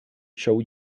show